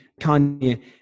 Kanye